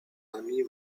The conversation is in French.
amis